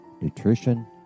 nutrition